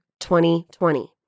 2020